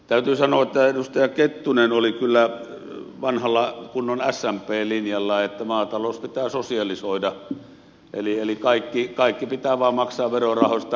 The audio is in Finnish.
täytyy sanoa että edustaja kettunen oli kyllä vanhalla kunnon smp linjalla että maatalous pitää sosialisoida eli kaikki pitää vain maksaa verorahoista